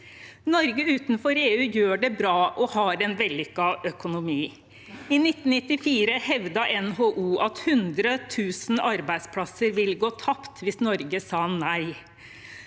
Norge utenfor EU gjør det bra og har en vellykket økonomi. I 1994 hevdet NHO at 100 000 arbeidsplasser ville gå tapt hvis Norge sa nei.